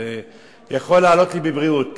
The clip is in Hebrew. זה יכול לעלות לי בבריאות,